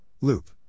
Loop